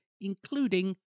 including